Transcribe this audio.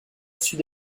sud